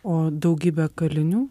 o daugybė kalinių